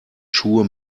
schuhe